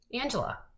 Angela